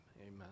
Amen